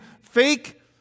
fake